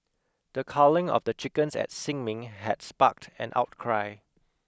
the culling of the chickens at Sin Ming had sparked an outcry